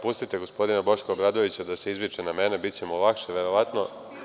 Pustite, gospodina Boška Obradovića, da se izviče na mene, biće mu lakše verovatno.